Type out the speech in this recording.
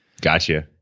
Gotcha